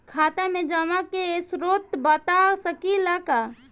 खाता में जमा के स्रोत बता सकी ला का?